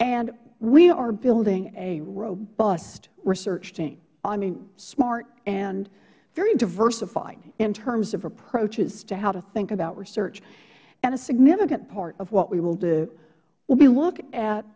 and we are building a robust research team i mean smart and very diversified in terms of approaches to how to think about research and a significant part of what we will do we will look at